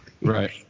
right